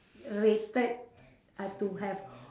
rated uh to have